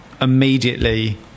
immediately